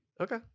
Okay